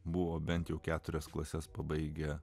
buvo bent jau keturias klases pabaigę